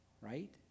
right